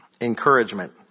Encouragement